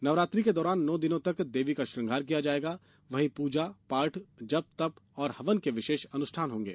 नवरात्रि के दौरान नौ दिनों तक देवी का श्रृंगार किया जाएगा वही पूजा पाठ जप तप हवन के विषेष अनुष्ठान होंगे